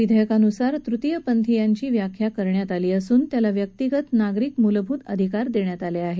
विधेयकानुसार तृतीय पंथीची व्याख्या करण्यात आली असून त्याला व्यक्तिगत नागरिक मूलभूत अधिकार देण्यात आले आहेत